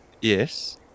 Yes